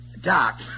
Doc